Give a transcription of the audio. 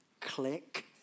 click